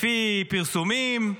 לפי פרסומים,